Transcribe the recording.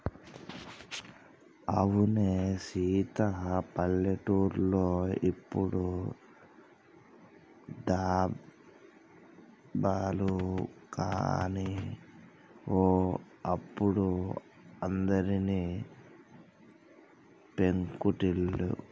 అవునే సీత పల్లెటూర్లో ఇప్పుడు దాబాలు గాని ఓ అప్పుడు అందరివి పెంకుటిల్లే